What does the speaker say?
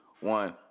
one